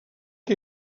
que